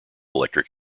electric